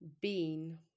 Bean